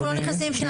אדוני.